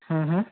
हं हं